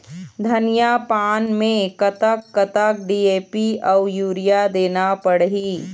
धनिया पान मे कतक कतक डी.ए.पी अऊ यूरिया देना पड़ही?